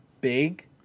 big